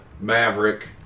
Maverick